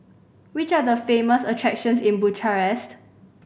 which are the famous attractions in Bucharest